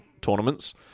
tournaments